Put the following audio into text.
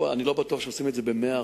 אני לא בטוח שעושים את זה ב-100%.